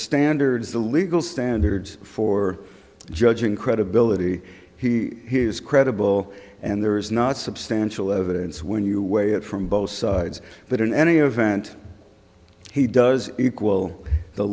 standards the legal standards for judging credibility he is credible and there is not substantial evidence when you weigh it from both sides but in any event he does equal the